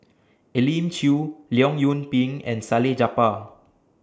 Elim Chew Leong Yoon Pin and Salleh Japar